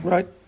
Right